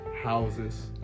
houses